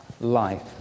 life